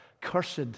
cursed